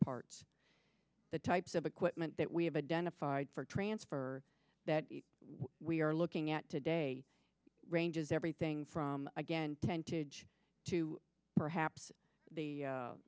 parts the types of equipment that we have identified for transfer that we are looking at today ranges everything from again ten to two perhaps the